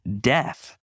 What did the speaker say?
death